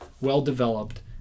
well-developed